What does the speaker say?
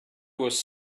was